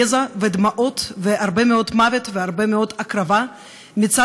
יזע ודמעות והרבה מאוד מוות והרבה מאוד הקרבה מצד